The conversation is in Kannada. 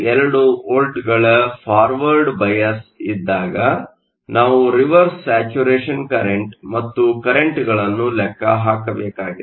2 ವೋಲ್ಟ್ಗಳ ಫಾರ್ವರ್ಡ್ ಬಯಾಸ್Forward bias ಇದ್ದಾಗ ನಾವು ರಿವರ್ಸ್ ಸ್ಯಾಚುರೇಶನ್ ಕರೆಂಟ್ ಮತ್ತು ಕರೆಂಟ್ಗಳನ್ನು ಲೆಕ್ಕ ಹಾಕಬೇಕಾಗಿದೆ